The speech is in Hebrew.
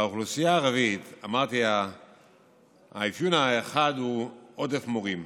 1. אפיון אחד הוא עודף מורים.